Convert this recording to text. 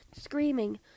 screaming